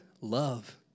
Love